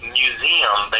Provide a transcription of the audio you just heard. museum